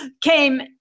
came